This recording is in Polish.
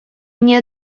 nie